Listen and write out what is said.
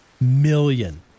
million